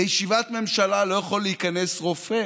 לישיבת ממשלה לא יכול להיכנס רופא